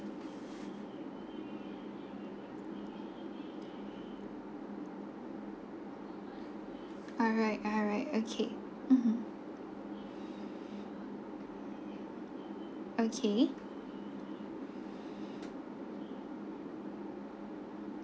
alright alright okay mmhmm okay